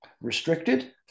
restricted